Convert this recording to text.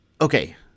Okay